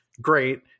great